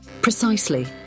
Precisely